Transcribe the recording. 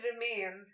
remains